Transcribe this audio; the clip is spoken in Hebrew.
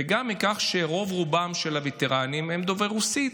וגם מכך שרוב-רובם של הווטרנים הם דוברי רוסית.